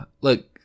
Look